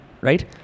right